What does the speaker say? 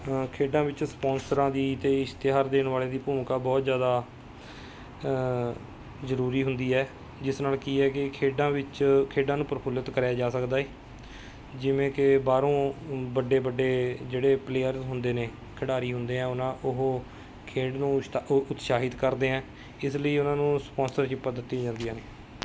ਖੇਡਾਂ ਵਿੱਚ ਸਪੌਸਰਾਂ ਦੀ ਅਤੇ ਇਸ਼ਤਿਹਾਰ ਦੇਣ ਵਾਲਿਆਂ ਦੀ ਭੂਮਿਕਾ ਬਹੁਤ ਜ਼ਿਆਦਾ ਜ਼ਰੂਰੀ ਹੁੰਦੀ ਹੈ ਜਿਸ ਨਾਲ਼ ਕੀ ਹੈ ਕਿ ਖੇਡਾਂ ਵਿੱਚ ਖੇਡਾਂ ਨੂੰ ਪ੍ਰਫੁੱਲਿਤ ਕਰਿਆ ਜਾ ਸਕਦਾ ਏ ਜਿਵੇਂ ਕਿ ਬਾਹਰੋਂ ਵੱਡੇ ਵੱਡੇ ਜਿਹੜੇ ਪਲੇਅਰਸ ਹੁੰਦੇ ਨੇ ਖਿਡਾਰੀ ਹੁੰਦੇ ਹੈ ਉਹਨਾਂ ਉਹ ਖੇਡ ਨੂੰ ਸ਼ਤਾ ਉਹ ਉਤਸ਼ਾਹਿਤ ਕਰਦੇ ਹੈ ਇਸ ਲਈ ਉਹਨਾਂ ਨੂੰ ਸਪੌਂਸਰਸ਼ਿੱਪਾਂ ਦਿੱਤੀਆਂ ਜਾਂਦੀਆਂ ਨੇ